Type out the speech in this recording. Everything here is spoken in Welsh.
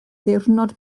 diwrnod